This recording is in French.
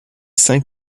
cinq